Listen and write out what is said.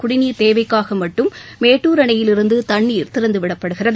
குடிநீர் தேவைக்காக மட்டும் மேட்டூர் அணையிலிருந்து தண்ணீர் திறந்துவிடப்படுகிறது